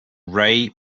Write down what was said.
ray